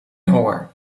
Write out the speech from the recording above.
honger